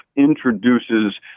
introduces